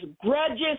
grudges